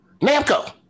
Namco